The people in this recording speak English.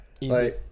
Easy